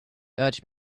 urged